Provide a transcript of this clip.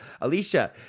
Alicia